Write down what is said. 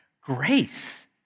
grace